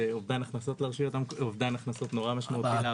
זה אובדן הכנסות מאוד משמעותי לרשות